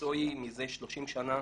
מקצועי מזה 30 שנה,